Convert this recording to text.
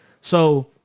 So-